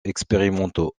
expérimentaux